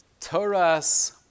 Torah's